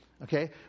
okay